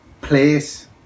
place